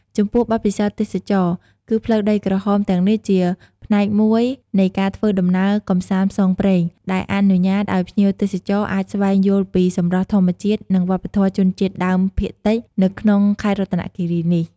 ចំពោះបទពិសោធន៍ទេសចរណ៍ គឺផ្លូវដីក្រហមទាំងនេះជាផ្នែកមួយនៃការធ្វើដំណើរកម្សាន្តផ្សងព្រេង ដែលអនុញ្ញាតឱ្យភ្ញៀវទេសចរបានស្វែងយល់ពីសម្រស់ធម្មជាតិ និងវប្បធម៌ជនជាតិដើមភាគតិចនៅក្នុងខេត្តរតនគិរីនេះ។